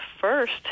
first